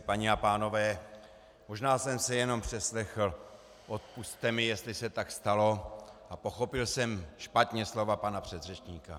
Paní a pánové, možná jsem se jenom přeslechl, odpusťte mi, jestli se tak stalo, a pochopil jsem špatně slova pana předřečníka.